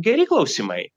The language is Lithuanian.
geri klausimai